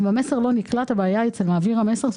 אם המסר לא נקלט הבעיה היא אצל מעביר המסר,